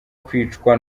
kwicwa